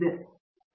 Ranganathan T